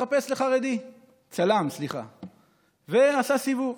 התחפש לחרדי ועשה סיבוב,